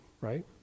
Right